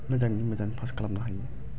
मोजाङै मोजां पास खालामनो हायो